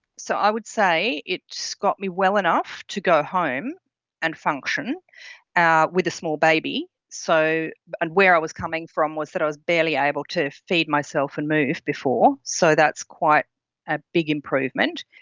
so i would say it so got me well enough to go home and function ah with a small baby. so and where i was coming from was that i was barely able to feed myself and move before, so that's quite a big improvement.